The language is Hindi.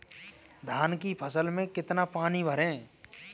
धान की फसल में कितना पानी भरें?